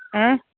ಹಾಂ